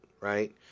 right